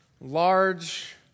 Large